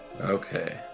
Okay